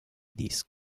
disc